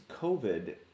COVID